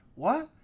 what?